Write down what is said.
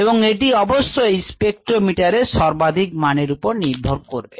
এবং এটি অবশ্যই স্পেকট্রোমিটারের সর্বাধিক মানের উপর নির্ভর করবে